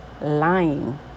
Lying